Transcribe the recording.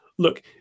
Look